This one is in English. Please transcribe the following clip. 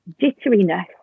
jitteriness